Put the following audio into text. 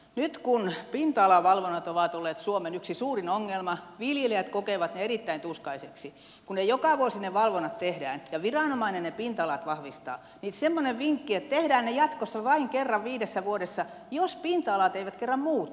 nyt kun pinta alavalvonnat ovat olleet suomen yksi suurin ongelma viljelijät kokevat ne erittäin tuskaisiksi kun joka vuosi ne valvonnat tehdään ja viranomainen ne pinta alat vahvistaa niin semmoinen vinkki että tehdään ne jatkossa vain kerran viidessä vuodessa jos pinta alat eivät kerran muutu